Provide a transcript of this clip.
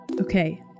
Okay